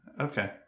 Okay